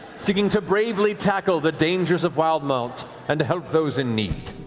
seeking to bravely tackle the dangers of wildemount and help those in need.